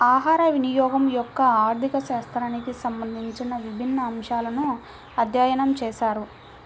ఆహారవినియోగం యొక్క ఆర్థిక శాస్త్రానికి సంబంధించిన విభిన్న అంశాలను అధ్యయనం చేశారు